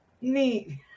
Neat